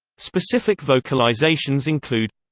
specific vocalisations include